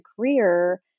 career